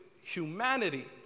humanity